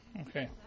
Okay